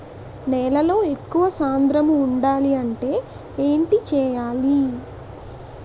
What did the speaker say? నేలలో ఎక్కువ సాంద్రము వుండాలి అంటే ఏంటి చేయాలి?